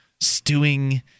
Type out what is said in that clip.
stewing